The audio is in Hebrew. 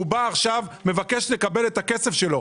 הוא בא עכשיו ומבקש לקבל את הכסף שלו.